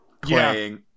playing